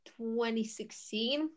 2016